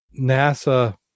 NASA